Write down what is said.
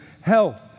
health